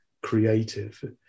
creative